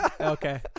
Okay